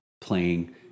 playing